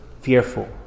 fearful